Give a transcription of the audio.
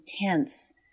intense